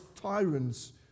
tyrants